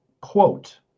quote